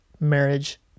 marriage